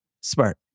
Smart